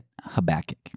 Habakkuk